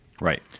Right